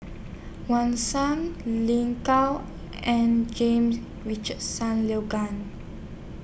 Wang Shang Lin Gao and James Richardson Logan